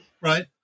right